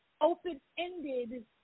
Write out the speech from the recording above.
Open-ended